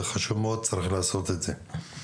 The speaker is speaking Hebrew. זה חשוב מאוד, צריך לעשות את זה.